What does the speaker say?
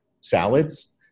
salads